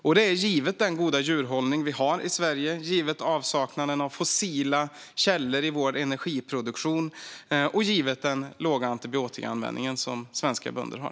Och det är givet den goda djurhållning vi har i Sverige, givet avsaknaden av fossila källor i vår energiproduktion och givet den låga antibiotikaanvändning som svenska bönder har.